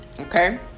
okay